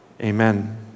Amen